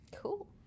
Cool